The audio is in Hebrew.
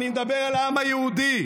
אני מדבר על העם היהודי,